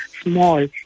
small